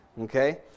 okay